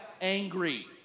angry